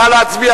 נא להצביע.